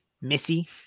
Missy